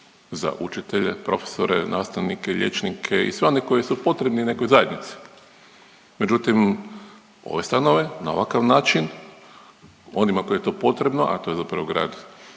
za učitelje, profesore, nastavnike, liječnike i svi oni koji su potrebni nekoj zajednici. Međutim, ove stanove na ovakav način onima kojima je to potrebno, a to je zapravo grad